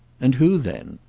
and who then?